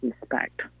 respect